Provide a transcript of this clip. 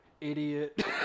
idiot